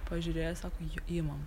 pažiūrėjo sako imam